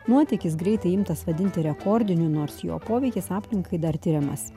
nuotykis greitai imtas vadinti rekordiniu nors jo poveikis aplinkai dar tiriamas